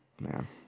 Man